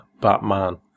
Batman